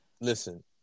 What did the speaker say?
Listen